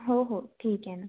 हो हो ठीक आहे ना